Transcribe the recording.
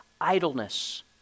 Idleness